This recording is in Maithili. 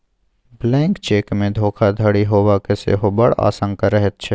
ब्लैंक चेकमे धोखाधड़ी हेबाक सेहो बड़ आशंका रहैत छै